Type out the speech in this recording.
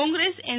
કોંગ્રેસ એને